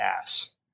ass